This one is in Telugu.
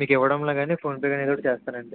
మీకివ్వడంలో కానీ ఫోన్పే కానీ చేస్తానండి